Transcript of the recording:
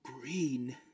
green